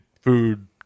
food